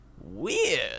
Weird